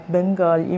Bengal